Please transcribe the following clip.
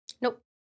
Nope